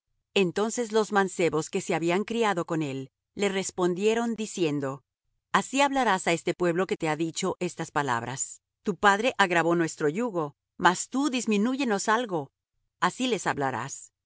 entonces los mancebos que se habían criado con él le respondieron diciendo así hablarás á este pueblo que te ha dicho estas palabras tu padre agravó nuestro yugo mas tú disminúyenos algo así les hablarás